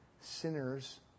sinners